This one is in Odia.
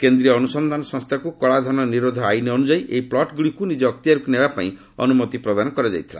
କେନ୍ଦ୍ରୀୟ ଅନୁସନ୍ଧାନ ସଂସ୍ଥାକୁ କଳାଧନ ନିରୋଧ ଆଇନ ଅନୁଯାୟୀ ଏହି ପ୍ଲଟ୍ଗୁଡ଼ିକୁ ନିଜ ଅକ୍ତିଆରକୁ ନେବା ପାଇଁ ଅନୁମତି ପ୍ରଦାନ କରାଯାଇଥିଲା